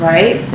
Right